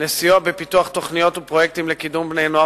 לסיוע בפיתוח תוכניות ופרויקטים לקידום בני-נוער